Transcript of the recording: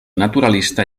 naturalista